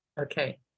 Okay